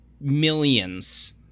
millions